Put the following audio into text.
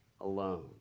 alone